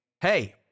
hey